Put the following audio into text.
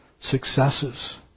successes